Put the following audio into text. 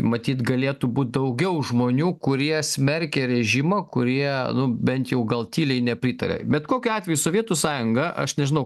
matyt galėtų būt daugiau žmonių kurie smerkia režimą kurie bent jau gal tyliai nepritaria bet kokiu atveju sovietų sąjunga aš nežinau